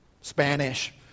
Spanish